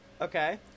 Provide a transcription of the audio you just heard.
okay